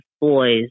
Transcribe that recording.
Boys